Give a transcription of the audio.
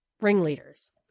ringleaders